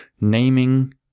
Naming